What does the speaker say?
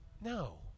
No